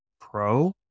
Pro